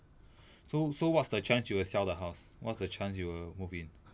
so so what's the chance you will sell the house what's the chance you will move in